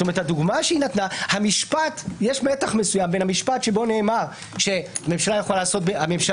הדוגמה היא שיש מתח מסוים בין המשפט שבו נאמר שממשלה במליאתה